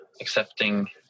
accepting